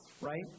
right